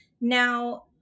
Now